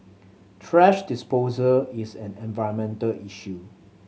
thrash disposal is an environmental issue